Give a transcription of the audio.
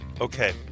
Okay